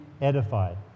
edified